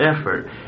effort